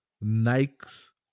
Nike's